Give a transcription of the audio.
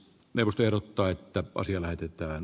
neusteilta että asia lähetetään